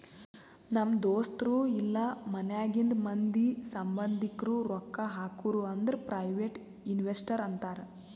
ನಮ್ ದೋಸ್ತರು ಇಲ್ಲಾ ಮನ್ಯಾಗಿಂದ್ ಮಂದಿ, ಸಂಭಂದಿಕ್ರು ರೊಕ್ಕಾ ಹಾಕುರ್ ಅಂದುರ್ ಪ್ರೈವೇಟ್ ಇನ್ವೆಸ್ಟರ್ ಅಂತಾರ್